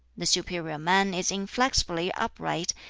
the superior man is inflexibly upright,